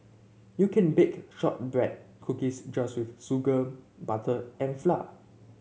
you can bake shortbread cookies just with sugar butter and flour